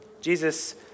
Jesus